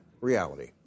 Reality